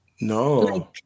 No